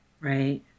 Right